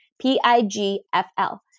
P-I-G-F-L